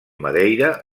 madeira